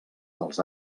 dels